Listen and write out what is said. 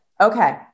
Okay